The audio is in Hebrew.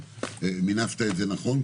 ומינפת את זה נכון,